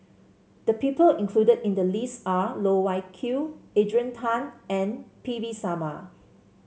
the people included in the list are Loh Wai Kiew Adrian Tan and P V Sharma